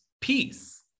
peace